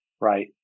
right